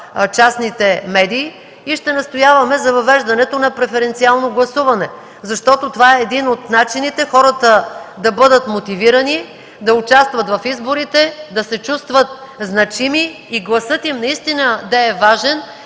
частните медии. Ще настояваме за въвеждането на преференциално гласуване, защото това е един от начините хората да бъдат мотивирани да участват в изборите, да се чувстват значими и гласът им наистина да е важен